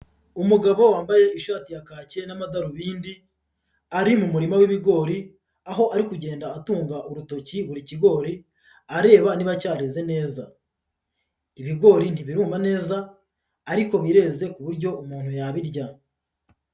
Umugabo wambaye ishati ya kake n'amadarubindi ari mu murima w'ibigori aho ari kugenda atunga urutoki buri kigori areba niba cyareze neza, ibigori ntibirumva neza ariko birenze ku buryo umuntu yabirya.